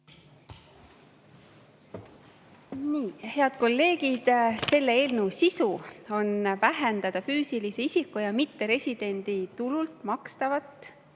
Head kolleegid! Selle eelnõu sisu on vähendada füüsilise isiku ja mitteresidendi tulult makstava